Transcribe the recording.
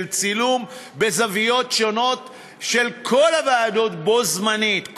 צילום בזוויות שונות בכל הוועדות בו-זמנית,